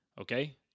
Okay